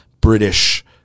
british